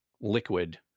liquid